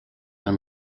been